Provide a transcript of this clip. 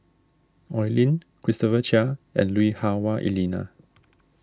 Oi Lin Christopher Chia and Lui Hah Wah Elena